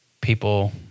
people